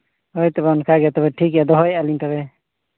ᱦᱳᱭ ᱛᱚᱵᱮ ᱚᱱᱠᱟ ᱜᱮ ᱛᱚᱵᱮ ᱴᱷᱤᱠ ᱜᱮᱭᱟ ᱫᱚᱦᱚᱭᱮᱭᱟᱜ ᱞᱤᱧ ᱛᱚᱵᱮ